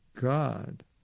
God